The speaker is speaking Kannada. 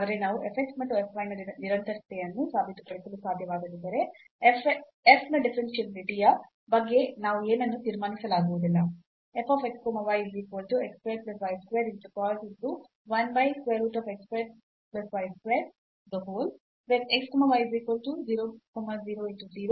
ಆದರೆ ನಾವು f x ಮತ್ತು f y ನ ನಿರಂತರತೆಯನ್ನು ಸಾಬೀತುಪಡಿಸಲು ಸಾಧ್ಯವಾಗದಿದ್ದರೆ f ನ ಡಿಫರೆನ್ಷಿಯಾಬಿಲಿಟಿ ಯ ಬಗ್ಗೆ ನಾವು ಏನನ್ನೂ ತೀರ್ಮಾನಿಸಲಾಗುವುದಿಲ್ಲ